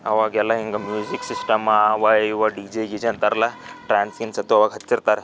ಆವಾಗೆಲ್ಲ ಹಿಂಗೆ ಮ್ಯೂಸಿಕ್ ಸಿಸ್ಟಮ್ಮಾ ಅವು ಇವು ಡಿ ಜೆ ಗಿಜೆ ಅಂತಾರಲ್ಲ ಡ್ಯಾನ್ಸಿಂಗ್ಸ್ ಅಂತ ಆವಾಗ ಹಚ್ಚಿರ್ತಾರೆ